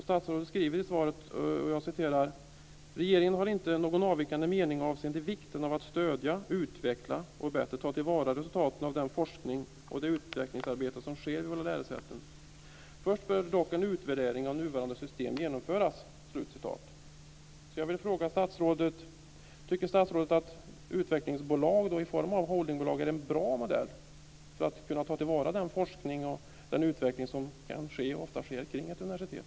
Statsrådet skriver i svaret: "att regeringen inte har någon avvikande mening avseende vikten av att stödja, utveckla och bättre ta till vara resultaten av den forskning och det utvecklingsarbete som sker vid våra lärosäten. Först bör dock en utvärdering av nuvarande system genomföras." Jag vill fråga om statsrådet tycker att utvecklingsbolag i form holdingbolag är en bra modell för att kunna ta till vara den forskning och utveckling som kan ske och ofta sker kring ett universitet.